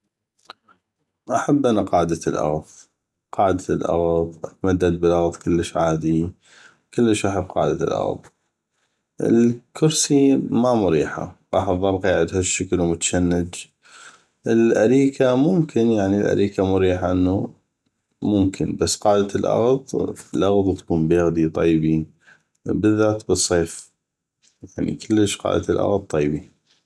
احب انا قعده الاغض قعدة الاغض اتمدد بالاغض كلش عادي كلش احب قعدة الاغض الكرسي ما مريحه غاح تضل قيعد هشكل ومتشنج الاريكه ممكن يعني الاريكه مريحه ممكن يعني بس قعده الاغض الاغض تكون بيغدي طيبي بالذات بالصيف يعني كلش قعده الاغض طيبي